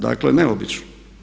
Dakle neobično.